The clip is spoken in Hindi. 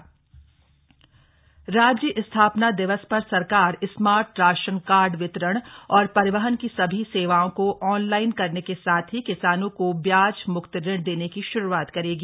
ब्याज मक्त ऋण राज्य स्थापना दिवस पर सरकार स्मार्ट राशन कार्ड वितरण और परिवहन की सभी सेवाओं को ऑनलाइन करने के साथ ही किसानों को ब्याज मुक्त ऋण देने की श्रूआत करेगी